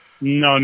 no